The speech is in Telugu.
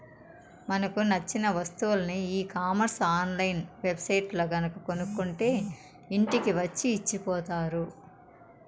మనకు నచ్చిన వస్తువులని ఈ కామర్స్ ఆన్ లైన్ వెబ్ సైట్లల్లో గనక కొనుక్కుంటే ఇంటికి వచ్చి ఇచ్చిపోతారు